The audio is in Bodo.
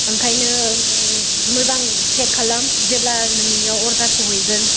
ओंखायनो मोजां चेक खालाम जेब्ला नोंनिआव अर्डार सहैगोन